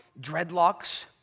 Dreadlocks